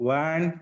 one